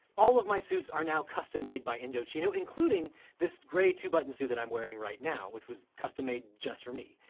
all of my suits are now custom made by indochino, including this gray two-buttoned suit that i'm wearing right now, which was custom made just for me.